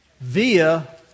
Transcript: via